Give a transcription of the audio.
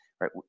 right